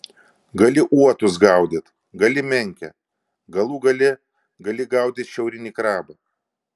gali uotus gaudyti gali menkę galų gale gali gaudyti šiaurinį krabą